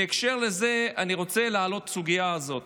בהקשר לזה אני רוצה להעלות את הסוגיה הזאת.